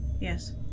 Yes